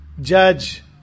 judge